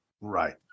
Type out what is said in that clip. Right